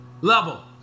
level